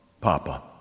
Papa